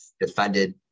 defended